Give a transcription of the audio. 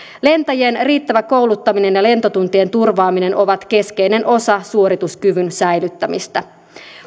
lentäjien riittävä kouluttaminen ja lentotuntien turvaaminen ovat keskeinen osa suorituskyvyn säilyttämistä